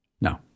No